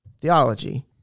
theology